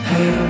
Hey